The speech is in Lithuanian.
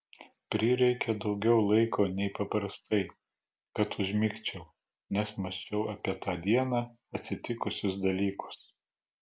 prireikė daugiau laiko nei paprastai kad užmigčiau nes mąsčiau apie tą dieną atsitikusius dalykus